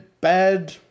bad